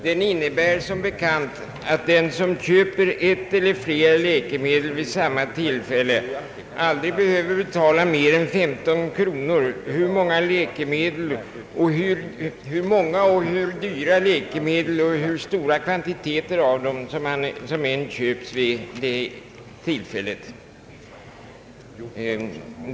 Den innebär som bekant att de som köper ett eller flera läkemedel vid samma tillfälle aldrig behöver betala mer än 15 kronor, hur många och hur dyra läkemedel och hur stora kvantiteter av dem som än köps vid det tillfället.